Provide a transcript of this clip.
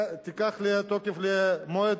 שתקבל תוקף למועד,